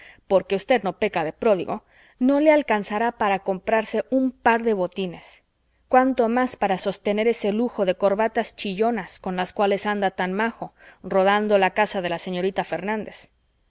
porque usted no peca de pródigo no le alcanzará para comprarse un par de botines cuando más para sostener ese lujo de corbatas chillonas con las cuales anda tan majo rondando la casa de la señorita fernández